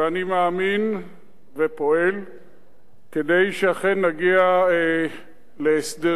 ואני מאמין ופועל כדי שאכן נגיע להסדרים,